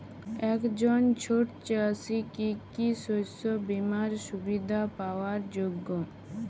একজন ছোট চাষি কি কি শস্য বিমার সুবিধা পাওয়ার যোগ্য?